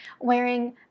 wearing